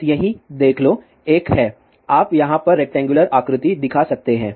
बस यहीं देख लो एक है आप यहाँ पर रेक्टेंगुलर आकृति दिखा सकते हैं